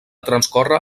transcórrer